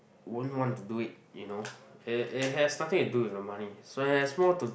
won't want to do it you know it it has nothing to do with the money so there's more to